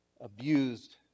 abused